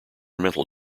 mental